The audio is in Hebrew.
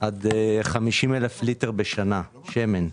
עד 50,000 ליטר בשנה שמן.